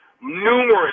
numerous